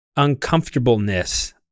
Uncomfortableness